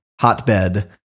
hotbed